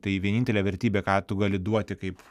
tai vienintelė vertybė ką tu gali duoti kaip